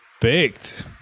baked